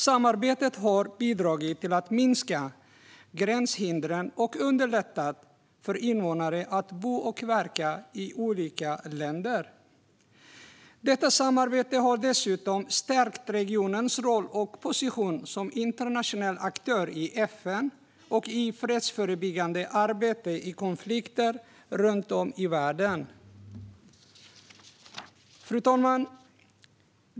Samarbetet har bidragit till att minska gränshindren och underlätta för invånare att bo och verka i olika länder. Detta samarbete har dessutom stärkt regionens roll och position som internationell aktör i FN och i fredsförebyggande arbete i konflikter runt om i världen. Fru talman!